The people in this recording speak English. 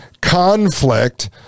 conflict